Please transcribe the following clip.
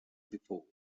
before